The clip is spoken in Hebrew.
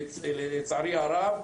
לצערי הרב.